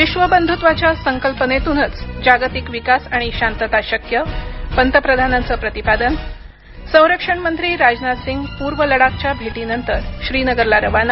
विश्वबंधुत्वाच्या संकल्पनेतूनच जागतिक विकास आणि शांतता शक्य पंतप्रधानांचं प्रतिपादन संरक्षणमंत्री राजनाथसिंग पूर्व लडाखच्या भेटीनंतर श्रीनगरला रवाना